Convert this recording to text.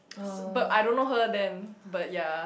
but I don't know her then but yea